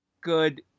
Good